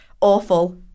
Awful